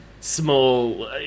small